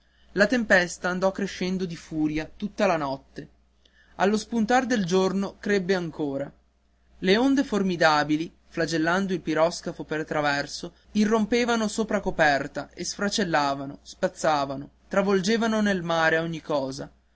la tempesta andò crescendo di furia tutta la notte allo spuntar del giorno crebbe ancora le onde formidabili flagellando il piroscafo per traverso irrompevano sopra coperta e sfracellavano spazzavano travolgevano nel mare ogni cosa